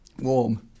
Warm